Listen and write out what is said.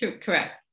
correct